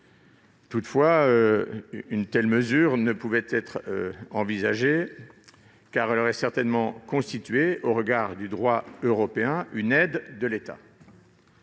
Mais une telle mesure ne pouvait être envisagée, car elle aurait certainement constitué, au regard du droit européen, une aide de l'État.